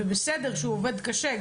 בסדר שהוא עובד קשה,